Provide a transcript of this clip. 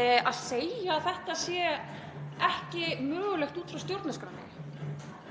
Að segja að þetta sé ekki mögulegt út frá stjórnarskránni